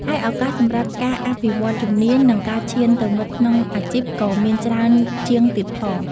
ហើយឱកាសសម្រាប់ការអភិវឌ្ឍន៍ជំនាញ និងការឈានទៅមុខក្នុងអាជីពក៏មានច្រើនជាងទៀតផង។